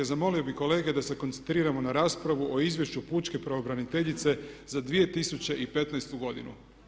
Zamolio bih kolege da se koncentriramo na raspravu o Izvješću pučke pravobraniteljice za 2015. godinu.